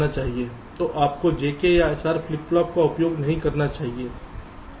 तो आपको JK या SR फ्लिप फ्लॉप का उपयोग नहीं करना चाहिए